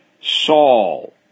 Saul